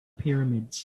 pyramids